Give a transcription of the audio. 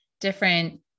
different